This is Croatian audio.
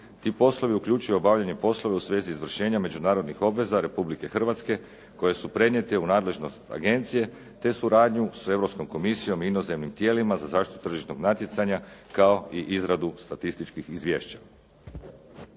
Ti poslovi uključuju obavljanje poslova u svezi izvršenja međunarodnih obveza Republike Hrvatske koje su prenijete u nadležnost agencije te suradnju s Europskom komisijom i inozemnim tijelima za zaštitu tržišnog natjecanja kao i izradu statističkih izvješća.